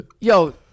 yo